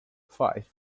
five